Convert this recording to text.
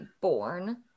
born